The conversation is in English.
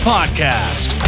Podcast